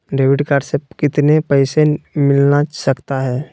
Debit card से कितने पैसे मिलना सकता हैं?